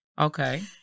okay